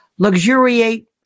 Luxuriate